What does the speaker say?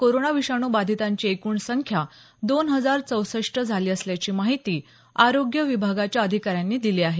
corona विषाणू बाधीतांची एकूण संख्या दोन हजार चौसष्ट झाली असल्याची माहिती आरोग्य विभागाच्या अधिकाऱ्यांनी दिली आहे